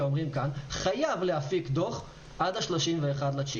אומרים כאן חייב להפיק דוח עד 31 בספטמבר.